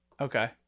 okay